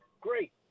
great